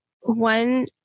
one